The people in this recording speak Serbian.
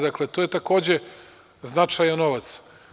Dakle, to je takođe značajan novac.